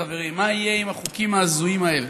חברים, מה יהיה עם החוקים ההזויים האלה?